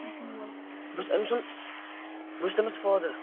بہٕ چھُس أمۍ سُنٛد بہٕ چھُس تٔمِس فادَر